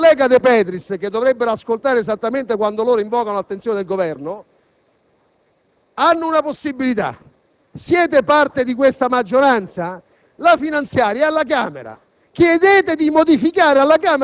ma il collega Sodano e la collega De Petris**,** che si dovrebbero ascoltare quando invocano l'attenzione del Governo, hanno una possibilità: siete parte di questa maggioranza, la finanziaria è alla Camera,